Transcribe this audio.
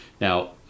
now